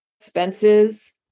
expenses